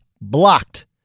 blocked